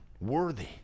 worthy